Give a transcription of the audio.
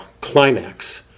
climax